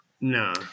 No